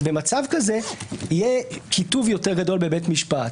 במצב כזה יהיה קיטוב יותר גדול בבית משפט,